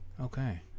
Okay